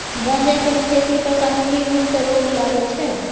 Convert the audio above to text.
गांजा केर खेती पर कानुनी रुप सँ रोक लागल छै